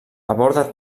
aborda